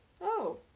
Oh